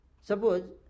Suppose